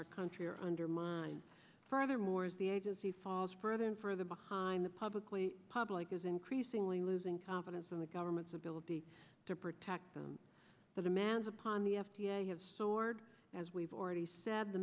our country are undermined furthermore as the agency falls further and further behind the publically public is increasingly losing confidence in the government's ability to protect them the demands upon the f d a have soared as we've already said the